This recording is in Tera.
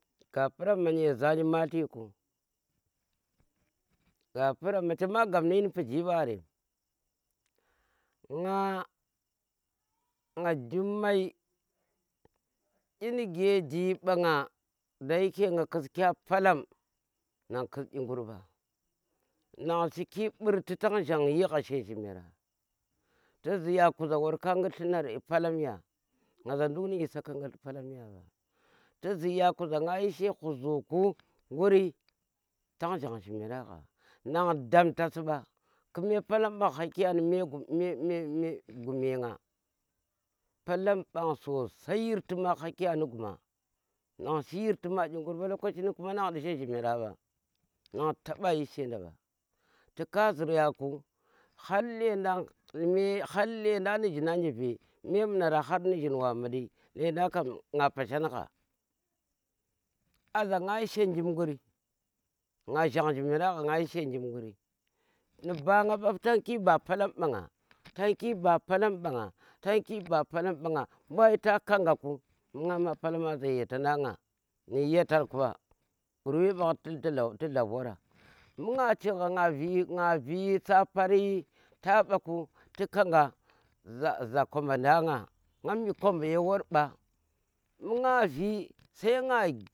Gappuramma nyeza nyimelti ku gappuramma chama gap ni yin piji ɓarem, nna Jummai inige jiri ɓanga da yeke nga ƙis ka palom ngan ƙis ƙingur ɓa nan shi ki ɓurti tong gjong jimera gha, ngan damtasi mba ti ziya zo wor ko ngiti nga palomi nga za nduk ni isa ki ngit palam ya ɓa, ti zii ya za nga ɗi she ƙuzuku nguri tang gjang jimera gha, gjong donta si ba ki me palama ha ki ya ni me me me gume nga, palem ɓang sosai yir ti ma hakiya ni guma, ngan shi yir ti ma igur mba kuma nan ndu she jhimera mba nang taba yi shenda mba ti ka ziya ku har lendang ni jhin an je ve memunara har nu jin wa mudi lendand kam nga pashan gha aza nga yi she jim nguri nga jhan zhimera gha nga yi she njim nguri ni banga mba tanki mba palam mba nga, tanki ba palam mba nga, tanki ba palam mba nga mbu wayi ta khangha ku mbu nga ma palama za ye ta dan nga nuyi yatar ku mba kuruwe mba tu dlab tu dlab wara, mbu nga chingha nga vi nga vi sapari taba ku tu khangha za za kombadanga ngam yi koba ye war mba mbu nga vii sai nga.